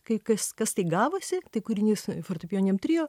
kai kas kas tai gavosi tai kūrinys fortepijoniniam trio